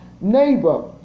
neighbor